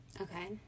Okay